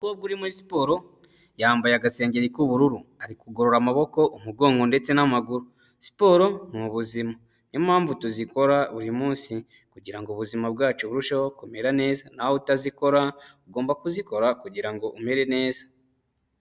Umukobwa uri muri siporo yambaye agasengeri k'ubururu, ari kugorora amaboko, umugongo ndetse n'amaguru. Siporo ni ubuzima, niyo mpamvu tuzikora buri munsi kugirango ubuzima bwacu burusheho kumera neza. Nawe utazikora ugomba kuzikora kugirango umere neza.